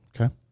Okay